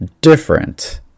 different